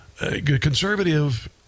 conservative